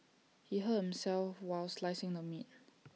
he hurt himself while slicing the meat